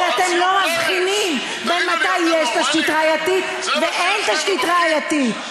אבל אתם לא מבחינים בין מתי יש תשתית ראייתית ומתי אין תשתית ראייתית.